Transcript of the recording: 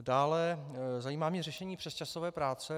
Dále mě zajímá řešení přesčasové práce.